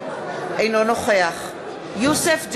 אינו נוכח יוסף ג'בארין,